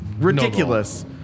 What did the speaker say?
Ridiculous